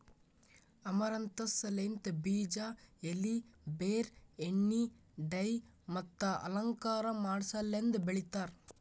amaranthus ಲಿಂತ್ ಬೀಜ, ಎಲಿ, ಬೇರ್, ಎಣ್ಣಿ, ಡೈ ಮತ್ತ ಅಲಂಕಾರ ಮಾಡಸಲೆಂದ್ ಬೆಳಿತಾರ್